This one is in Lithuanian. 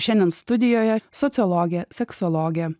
šiandien studijoje sociologė seksologė